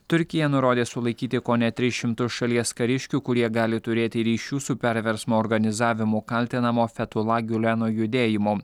turkija nurodė sulaikyti kone tris šimtus šalies kariškių kurie gali turėti ryšių su perversmo organizavimu kaltinamo fetula giuleno judėjimu